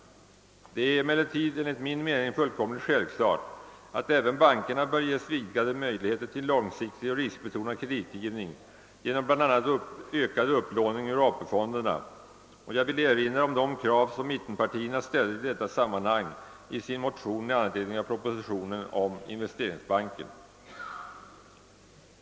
Det är emellertid enligt min mening fullkomligt självklart att även bankerna bör ges vidgade möjligheter till långsiktig och riskbetonad kreditgivning genom bl.a. ökad upplåning ur AP-fonderna. Jag vill erinra om de krav som mittenpartierna ställde i detta sammanhang i sin motion i anledning av propositionen om investeringsbanken.